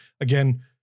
again